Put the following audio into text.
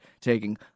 taking